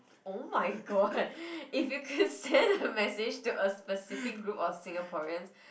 oh-my-god if you could send a message to a specific group of Singaporeans